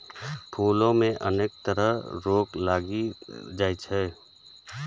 फूलो मे अनेक तरह रोग लागि जाइ छै